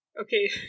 Okay